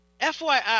FYI